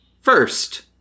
First